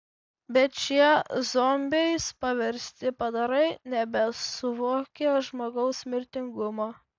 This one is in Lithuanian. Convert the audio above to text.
bet šie zombiais paversti padarai nebesuvokė žmogaus mirtingumo